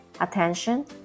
attention